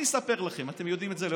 אני אספר לכם, אתם יודעים את זה לבד: